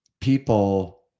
people